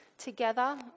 Together